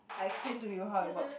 I explain to you how it works